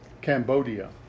Cambodia